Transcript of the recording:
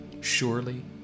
surely